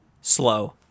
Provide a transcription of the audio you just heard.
slow